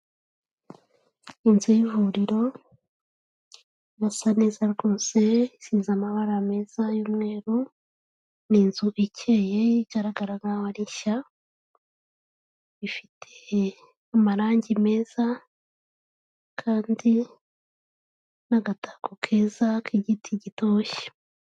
Inzu y'ivuriro irasa neza rwose, isize amabara meza y'umweru, ni inzu ikeye igaragara nkaho ari nshya, ifite amarangi meza kandi n'agatako keza k'igiti gitoshye.